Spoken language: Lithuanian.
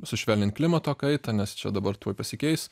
sušvelnint klimato kaitą nes čia dabar tuoj pasikeis